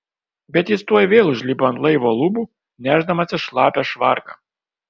bet jis tuoj vėl užlipo ant laivo lubų nešdamasis šlapią švarką